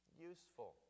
useful